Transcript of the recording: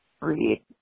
read